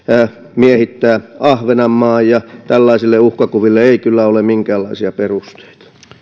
miehittää ahvenanmaan tällaisille uhkakuville ei kyllä ole minkäänlaisia perusteita